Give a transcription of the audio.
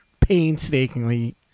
painstakingly